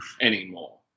anymore